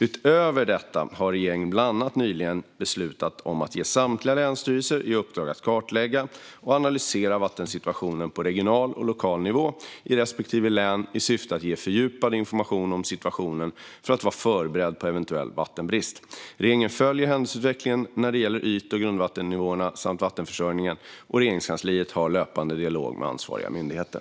Utöver detta har regeringen bland annat nyligen beslutat om att ge samtliga länsstyrelser i uppdrag att kartlägga och analysera vattensituationen på regional och lokal nivå i respektive län i syfte att ge fördjupad information om situationen för att vara förberedd på eventuell vattenbrist. Regeringen följer händelseutvecklingen när det gäller yt och grundvattennivåerna samt vattenförsörjningen, och Regeringskansliet har löpande dialog med ansvariga myndigheter.